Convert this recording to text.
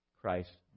Christ